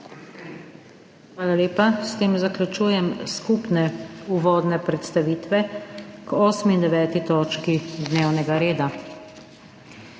Hvala lepa. S tem zaključujem skupne uvodne predstavitve k 8. in 9. točki dnevnega reda.